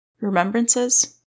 Remembrances